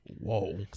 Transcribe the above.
Whoa